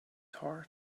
heart